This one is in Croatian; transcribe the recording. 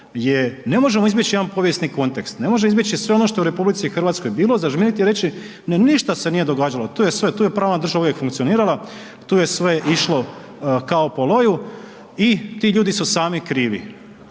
je ne možemo izbjeći jedan povijesni kontekst, ne možemo izbjeći sve što je ono u RH bilo, zažmiriti i reći ništa se nije događalo, to je sve, tu je pravna država uvijek funkcionirala, tu je sve išlo kao po loju i ti ljudi su sami krivi.